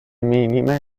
minime